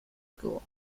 school